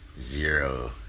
Zero